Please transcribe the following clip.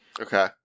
Okay